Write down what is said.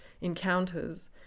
encounters